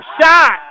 shot